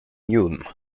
juden